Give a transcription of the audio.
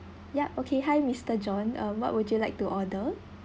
yup okay hi mister john um what would you like to order